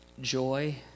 joy